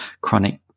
chronic